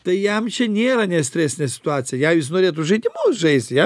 tai jam čia nėra ne stresinė situacija jei jis norėtų žaidimus žaisti jam